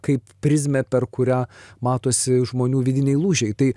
kaip prizmę per kurią matosi žmonių vidiniai lūžiai tai